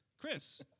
Chris